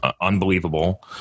unbelievable